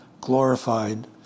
glorified